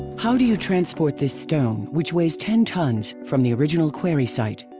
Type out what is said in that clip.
how do you transport this stone, which weighs ten tons, from the original quarry site?